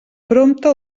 prompte